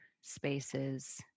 spaces